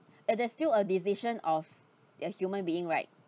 uh there's still a decision of their human being right